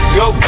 go